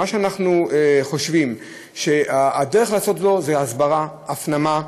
אנחנו חושבים שהדרך לעשות זאת היא הסברה, הפנמה,